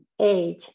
age